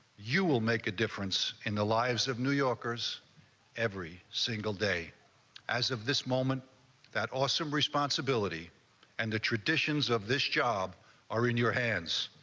you will make a difference in the lives of new yorkers every single day as of this moment that awesome responsibility and the traditions of this job are in your hands.